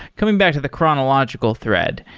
coming back to the chronological thread,